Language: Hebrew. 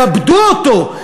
כבדו אותו,